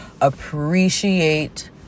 appreciate